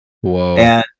Whoa